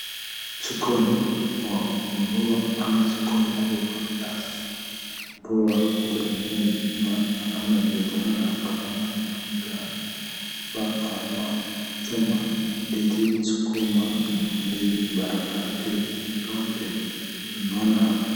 Sokoni ya kununua ama sokoni kubwa ya kununua vitu zingine, kama unaona hapa, vile tunaona, tunaona mwanamke hapa ananunua chungwa, ndizi sukuma, ndizi, barabara kitu yeyote unaona hapa.